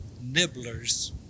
nibblers